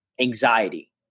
anxiety